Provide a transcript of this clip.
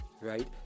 right